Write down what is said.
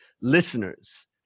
Listeners